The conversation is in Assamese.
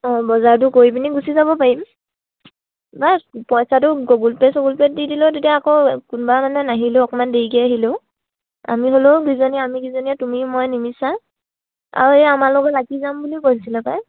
অঁ বজাৰটো কৰি পিনি গুচি যাব পাৰিম বা পইচাটো গুগুল পে' চুগুল পে'ত দি দিলেও তেতিয়া আকৌ কোনোবা মানে নাহিলেও অকণমান দেৰিকে আহিলেও আমি হ'লেও কিজনীয়ে আমি কিজনীয়ে তুমি মই নিমিছা আৰু এইয়া আমাৰ লগত লাকি যাম বুলি কৈছিলে পাই